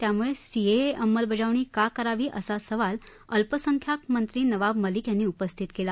त्यामुळे सीएए अंमलबजावणी का करावी असा सवाल अल्पसंख्याक मंत्री नवाब मलिक यांनी उपस्थित केला